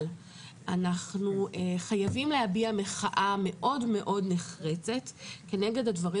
אבל אנחנו חייבים להביע מחאה מאוד מאוד כנגד הדברים